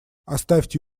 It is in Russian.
оставьте